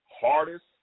hardest